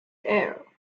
air